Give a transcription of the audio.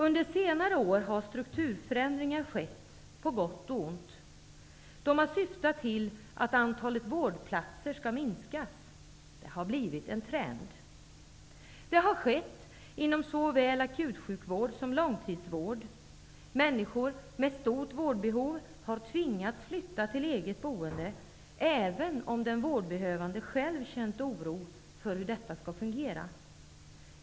Under senare år har det skett strukturförändringar, på gott och ont. De har syftat till en minskning av antalet vårdplatser. Detta har blivit en trend. Inom såväl akutsjukvården som långtidssjukvården har det hänt att människor med stort vårdbehov har tvingats att flytta till eget boende även om den vårdbehövande själv har känt oro för hur detta skall fungera.